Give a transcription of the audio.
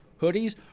hoodies